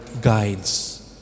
guides